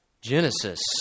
Genesis